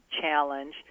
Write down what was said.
challenge